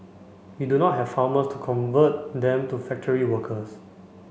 we do not have farmers to convert them to factory workers